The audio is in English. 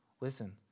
Listen